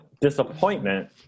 disappointment